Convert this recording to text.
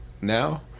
now